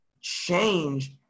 change